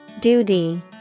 Duty